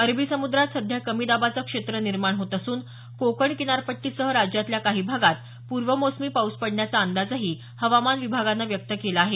अरबी समुद्रात सध्या कमी दाबाचं क्षेत्र निर्माण होत असून कोकण किनारपट्टीसह राज्यातल्या काही भागात पूर्वमोसमी पाऊस पडण्याचा अंदाजही हवामान विभागानं व्यक्त केला आहे